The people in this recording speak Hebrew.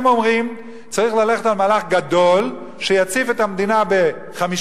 הם אומרים: צריך ללכת על מהלך גדול שיציף את המדינה ב-50,000,